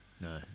No